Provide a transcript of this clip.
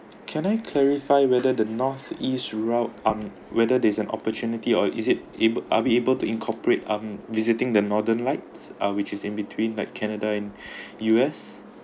can I clarify whether the north east route on whether there is an opportunity or is it ab~ I'll be able to incorporate um visiting the northern like um which is in between like canada in U_S